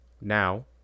Now